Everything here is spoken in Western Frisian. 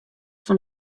fan